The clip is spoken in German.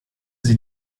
sie